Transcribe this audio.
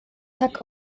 tak